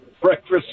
breakfast